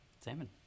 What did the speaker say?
salmon